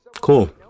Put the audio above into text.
Cool